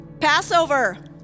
Passover